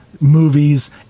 movies